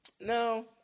No